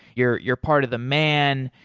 you're you're part of the man.